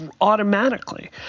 automatically